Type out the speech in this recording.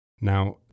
Now